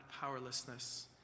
powerlessness